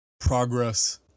progress